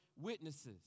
witnesses